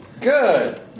Good